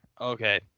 okay